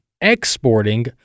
exporting